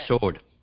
sword